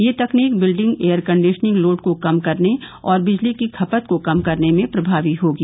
यह तकनीक building air conditioning load को कम करने और बिजली की खपत को कम करने में प्रभावी होगी